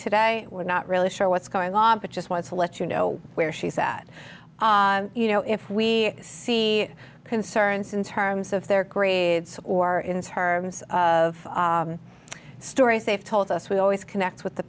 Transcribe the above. today we're not really sure what's going on but just wanted to let you know where she's at you know if we see concerns in terms of their grades or in terms of stories they've told us we always connect with the